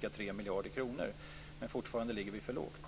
ca 3 miljarder kronor jämfört med i år, men fortfarande ligger vi för lågt.